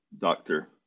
doctor